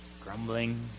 Grumbling